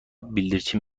بلدرچین